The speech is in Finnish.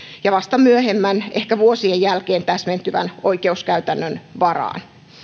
ja vasta myöhemmän ehkä vuosien jälkeen täsmentyvän oikeuskäytännön varaan